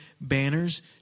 banners